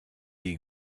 est